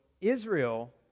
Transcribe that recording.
Israel